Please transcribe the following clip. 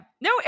no